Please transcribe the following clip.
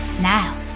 Now